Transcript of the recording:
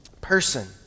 person